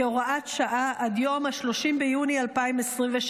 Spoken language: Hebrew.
כהוראת שעה עד יום 30 ביוני 2023,